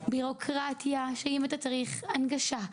בירוקרטיה שאם אתה צריך הנגשה,